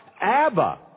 Abba